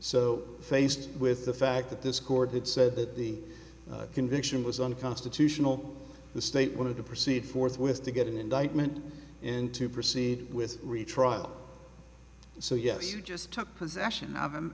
so faced with the fact that this court had said that the conviction was unconstitutional the state wanted to proceed forthwith to get an indictment and to proceed with retrial so yes you just took possession of